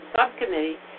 Subcommittee